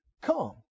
come